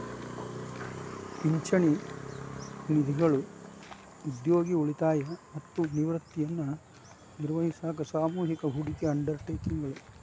ಪಿಂಚಣಿ ನಿಧಿಗಳು ಉದ್ಯೋಗಿ ಉಳಿತಾಯ ಮತ್ತ ನಿವೃತ್ತಿಯನ್ನ ನಿರ್ವಹಿಸಾಕ ಸಾಮೂಹಿಕ ಹೂಡಿಕೆ ಅಂಡರ್ ಟೇಕಿಂಗ್ ಗಳು